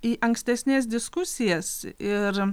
į ankstesnes diskusijas ir